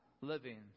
living